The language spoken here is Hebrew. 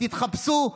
תתחפשו,